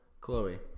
Chloe